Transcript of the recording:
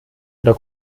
oder